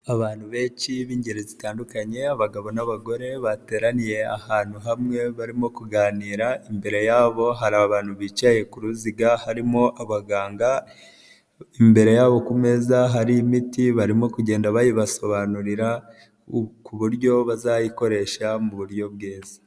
Abantu benshi b'ingeri zitandukanye abagabo n'abagore bateraniye ahantu hamwe barimo kuganira, imbere yabo hari abantu bicaye ku ruziga harimo abaganga, imbere yabo ku meza hari imiti barimo kugenda bayibasobanurira, ku buryo bazayikoresha mu buryo bwiza.